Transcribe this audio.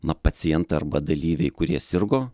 na pacientai arba dalyviai kurie sirgo